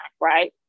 right